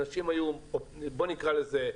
אנשים היו אופטימיים, בוא נקרא לזה,